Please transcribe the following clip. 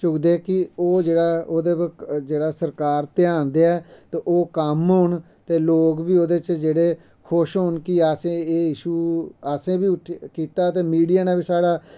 चुकदे फ्ही ओह् जेह्ड़ा ओह्दे पर सरकार ध्यान देऐ ते ओह् कम्म होन ते लोक बी ओह्दे च जेह्ड़े खुश होन कि असें एह् इशु असें बी उच्चा कीता ते मिडिया ने बी साढ़ा